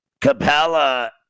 Capella